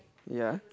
ya